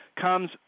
comes